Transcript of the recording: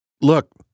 Look